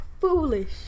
foolish